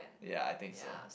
ya I think so